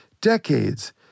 decades